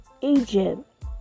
Egypt